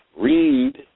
Read